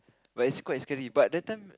but it's quite scary but that time